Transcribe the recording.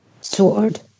Sword